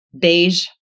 beige